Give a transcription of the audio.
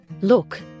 Look